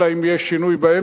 אלא אם כן יהיה שינוי באמצע,